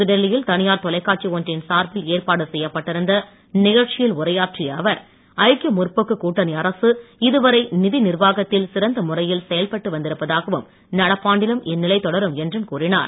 புதுடெல்லியில் தனியார் தொலைக்காட்சி ஒன்றின் சார்பில் ஏற்பாடு செய்யப்பட்டிருந்த நிகழ்ச்சியில் உரையாற்றிய அவர் ஐக்கிய முற்போக்க கூட்டணி அரசு இதுவரை நிதி நிர்வாகத்தில் சிறந்த முறையில் செயல்பட்டு வந்திருப்பதாகவும் நடப்பாண்டிலும் இந்நிலை தொடரும் என்றும் கூறினார்